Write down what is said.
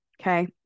Okay